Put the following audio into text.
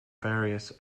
various